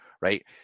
right